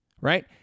right